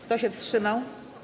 Kto się wstrzymał?